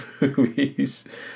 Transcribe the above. movies